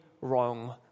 wrong